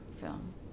film